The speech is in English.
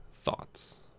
Thoughts